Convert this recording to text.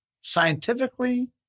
scientifically